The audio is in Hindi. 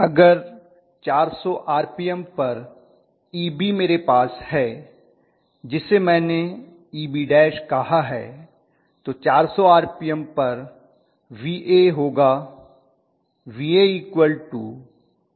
अगर 400 आरपीएम पर Eb मेरे पास है जिसे मैंने Ebl कहा है तो 400 आरपीएम पर Va होगा VaEbl IalRa